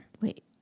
Wait